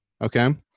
okay